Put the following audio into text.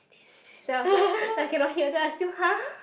then I was like I cannot hear then I still !huh!